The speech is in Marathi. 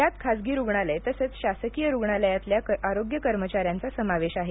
यात खासगी रुग्णालय तसेच शासकीय रुग्णालयातील आरोग्य कर्मचाऱ्यांचा समावेश आहे